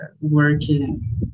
working